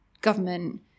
government